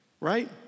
right